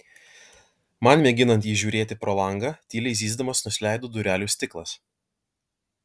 man mėginant įžiūrėti pro langą tyliai zyzdamas nusileido durelių stiklas